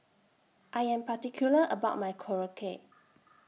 I Am particular about My Korokke